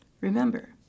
Remember